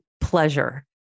pleasure